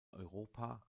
europa